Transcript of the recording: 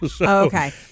okay